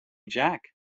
jack